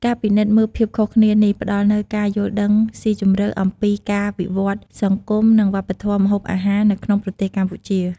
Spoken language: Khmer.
ការពិនិត្យមើលភាពខុសគ្នានេះ ផ្ដល់នូវការយល់ដឹងស៊ីជម្រៅអំពីការវិវត្តន៍សង្គម និងវប្បធម៌ម្ហូបអាហារនៅក្នុងប្រទេសកម្ពុជា។